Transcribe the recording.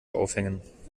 aufhängen